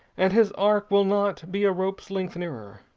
and his ark will not be a rope's length nearer.